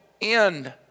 end